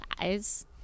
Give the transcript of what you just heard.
guys